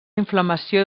inflamació